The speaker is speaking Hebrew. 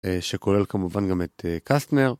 שכולל כמובן גם את קסטנר.